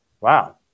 Wow